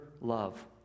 love